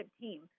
team